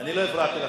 אני לא הפרעתי לך.